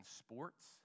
sports